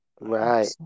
right